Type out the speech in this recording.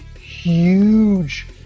huge